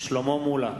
שלמה מולה,